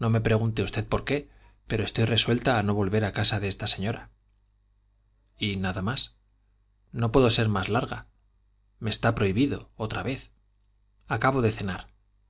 no me pregunte usted por qué pero estoy resuelta a no volver a casa de esa señora y nada más no puedo ser más larga me está prohibido otra vez acabo de cenar